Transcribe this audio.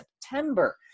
September